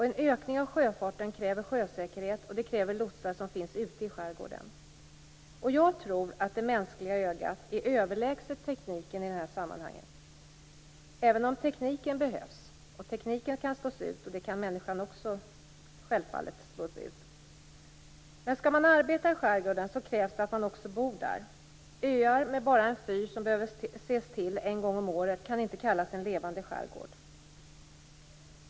En ökning av sjöfarten kräver sjösäkerhet, och det kräver lotsar som finns i skärgården. Jag tror att det mänskliga ögat är överlägset tekniken i det här sammanhanget. Tekniken behövs. Men tekniken kan slås ut, och självfallet även människan. Men skall man arbeta i skärgården krävs det också att man bor där. Öar med en fyr som behöver ses över bara en gång om året kan inte kallas en levande skärgård.